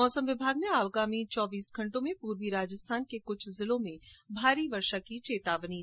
मौसम विभाग ने आगामी चौबीस घंटों में पूर्वी राजस्थान के कुछ जिलों में भारी वर्षा की चेतावनी दी हैं